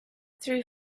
through